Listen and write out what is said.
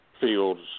Fields